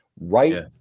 right